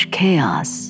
chaos